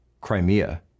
Crimea